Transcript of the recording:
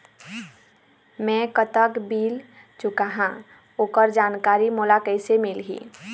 मैं कतक बिल चुकाहां ओकर जानकारी मोला कइसे मिलही?